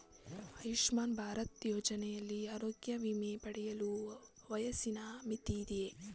ಆಯುಷ್ಮಾನ್ ಭಾರತ್ ಯೋಜನೆಯಲ್ಲಿ ಆರೋಗ್ಯ ವಿಮೆ ಪಡೆಯಲು ವಯಸ್ಸಿನ ಮಿತಿ ಇದೆಯಾ?